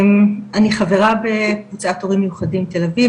אני חברה בקבוצת הורים מיוחדים תל אביב,